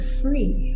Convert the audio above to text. free